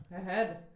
ahead